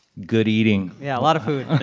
good eating yeah, a lot of food,